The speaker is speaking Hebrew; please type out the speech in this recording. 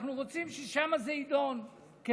אנחנו רוצים שזה יידון שם,